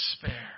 despair